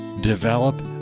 develop